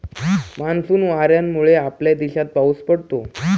monsoon वाऱ्यांमुळे आपल्या देशात पाऊस पडतो